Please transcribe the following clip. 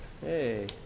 Hey